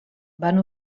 van